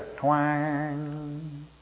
Twang